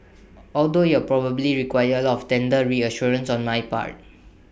although IT will probably require A lot of tender reassurances on my part